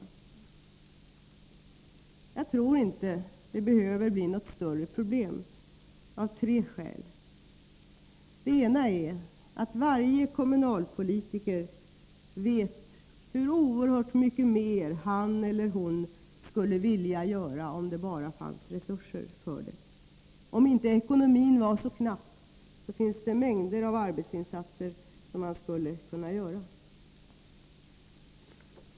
Av tre skäl tror jag inte att detta behöver bli något större problem: Det första skälet är att varje kommunalpolitiker vet hur oerhört mycket mer han eller hon skulle vilja göra om det bara fanns resurser för det. Om ekonomin inte var så knapp skulle det finnas mängder av arbetsinsatser att utföra för ungdomarna.